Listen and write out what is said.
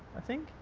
i think,